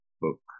book